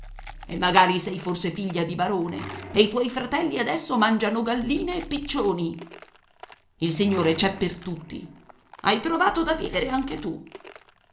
e magari sei forse figlia di barone e i tuoi fratelli adesso mangiano galline e piccioni il signore c'è per tutti hai trovato da vivere anche tu